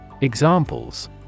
Examples